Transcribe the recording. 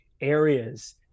areas